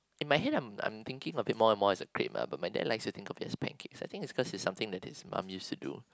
in my head I'm I'm thinking of it more and more as a crepe ah but my dad likes to think of it as a pancake I think is cause it's something that his mum used to do